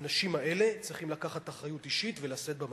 האנשים האלה צריכים לקחת אחריות אישית ולשאת במסקנות.